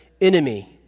enemy